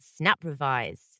SnapRevise